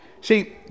See